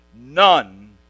None